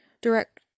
direct